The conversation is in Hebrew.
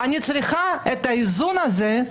אני צריכה את האיזון הזה,